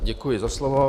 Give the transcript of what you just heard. Děkuji za slovo.